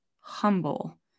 humble